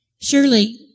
Surely